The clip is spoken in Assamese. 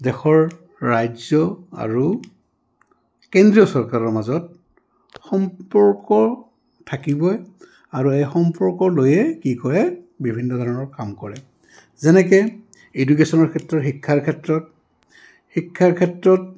দেশৰ ৰাজ্য আৰু কেন্দ্ৰীয় চৰকাৰৰ মাজত সম্পৰ্ক থাকিবই আৰু এই সম্পৰ্ক লৈয়ে কি কৰে বিভিন্ন ধৰণৰ কাম কৰে যেনেকৈ এডুকেশ্যনৰ ক্ষেত্ৰত শিক্ষাৰ ক্ষেত্ৰত শিক্ষাৰ ক্ষেত্ৰত